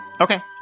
Okay